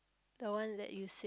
the one that you